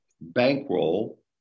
bankroll